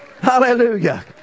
hallelujah